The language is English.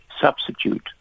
substitute